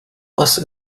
was